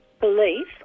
belief